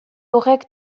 horrek